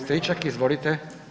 Stričak, izvolite.